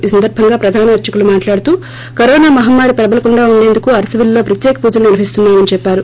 ఈ సందర్బంగా ప్రధాన అర్చకులు మాట్లాడుతూ కరోనా మహమ్మారి ప్రబలకుండా ఉండేందుకు అరసవల్లిలో ప్రత్యేక పూజలు నిర్వహిస్తున్నామని చెప్పారు